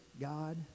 God